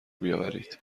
بیاورید